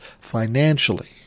financially